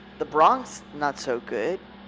the bronx, not so good.